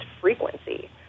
frequency